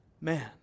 man